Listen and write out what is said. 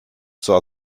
zwar